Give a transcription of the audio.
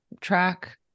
track